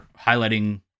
highlighting